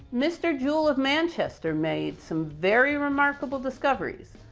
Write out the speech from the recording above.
mr. joule of manchester made some very remarkable discoveries,